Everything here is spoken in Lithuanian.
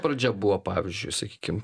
pradžia buvo pavyzdžiui sakykim